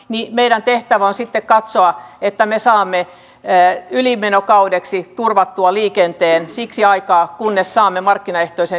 niemelän että voisi katsoa että me saamme ja ylimenokaudeksi korvattua liikenteen siksi aikaa kunnes saamme markkinaehtoisen